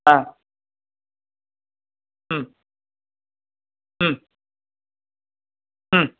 हा